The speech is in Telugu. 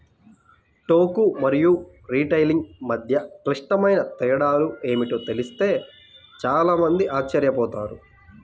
టోకు మరియు రిటైలింగ్ మధ్య క్లిష్టమైన తేడాలు ఏమిటో తెలిస్తే చాలా మంది ఆశ్చర్యపోతారు